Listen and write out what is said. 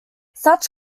such